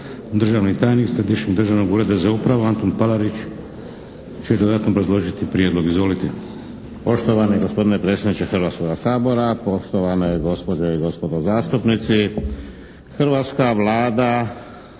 Državni tajnik Središnjeg državnog Ureda za upravu Antun Palarić će dodatno obrazložiti Prijedlog. Izvolite. **Palarić, Antun** Poštovani gospodine predsjedniče Hrvatskoga sabora, poštovane gospođe i gospodo zastupnici. Hrvatska Vlada